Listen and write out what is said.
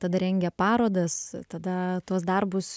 tada rengia parodas tada tuos darbus